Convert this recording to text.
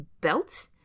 belt